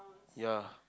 ya